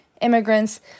immigrants